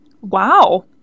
Wow